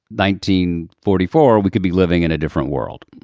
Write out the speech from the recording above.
nineteen forty four, we could be living in a different world.